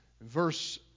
Verse